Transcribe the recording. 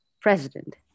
president